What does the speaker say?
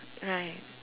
right